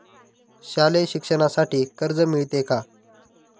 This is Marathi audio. शालेय शिक्षणासाठी कर्ज मिळते का?